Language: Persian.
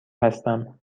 هستم